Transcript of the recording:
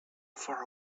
far